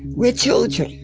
we're children.